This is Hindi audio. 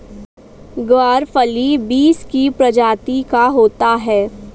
ग्वारफली बींस की प्रजाति का होता है